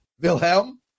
Wilhelm